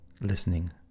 listening